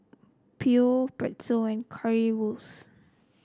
Pho Pretzel and Currywurst